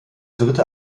dritte